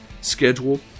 schedule